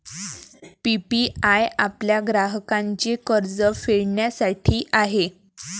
PPI आपल्या ग्राहकांचे कर्ज फेडण्यासाठी आहे